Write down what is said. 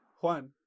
Juan